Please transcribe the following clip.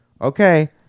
Okay